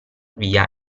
via